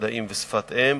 מדעים ושפת אם,